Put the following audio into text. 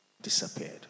disappeared